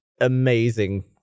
amazing